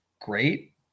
great